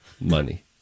money